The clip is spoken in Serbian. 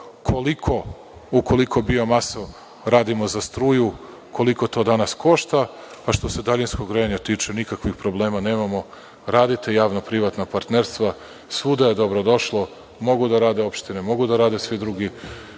koliko ukoliko biomasu radimo za struju, koliko to danas košta, a što se daljinskog grejanja tiče, nikakvih problema nemamo, radite javno privatna partnerstva, svuda je dobro došlo, mogu da rade opštine, mogu da rade svi drugi